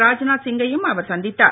ராஜ்நாத் சிங்கையும் அவர் சந்தித்தார்